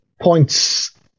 points